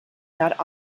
not